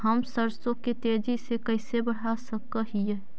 हम सरसों के तेजी से कैसे बढ़ा सक हिय?